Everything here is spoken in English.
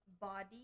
Body